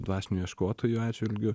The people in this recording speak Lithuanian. dvasinių ieškotojų atžvilgiu